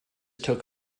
took